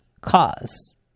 cause